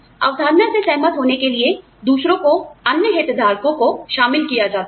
अवधारणा से सहमत होने के लिए दूसरों को अन्य हितधारकों को शामिल किया जाता है